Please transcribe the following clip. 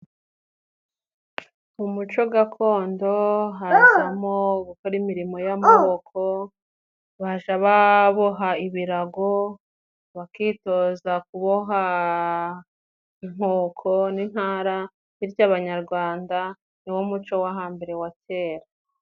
Mu muco gakondo hazamo gukora imirimo y'amaboko, baja baboha ibirago, bakitoza kuboha inkoko n'intara, bityo abanyarwanda niwo muco wo hambere wa kera.